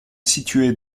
située